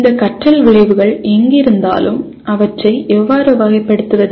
இந்த கற்றல் விளைவுகள் எங்கிருந்தாலும் அவற்றை எவ்வாறு வகைப்படுத்துவது